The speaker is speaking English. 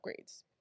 upgrades